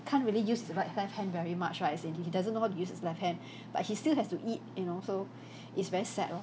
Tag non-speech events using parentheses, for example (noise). can't really use his right left hand very much right as in he he doesn't know how to use his left hand (breath) but he still has to eat you know so (breath) it's very sad lor